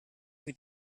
cui